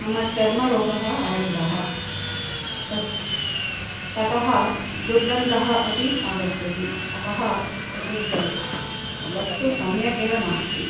मम चर्मरोगः आरब्धः तस् ततः दुर्गन्धः अपि आगच्छति अतः एतद् वस्तु सम्यकेव नास्ति